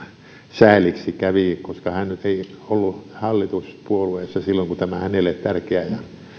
sääliksi koska hän ei ollut hallituspuolueessa silloin kun tämä hänelle tärkeä ja